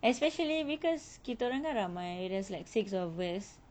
especially because kitaorang kan ramai there's like six of us